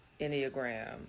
Enneagram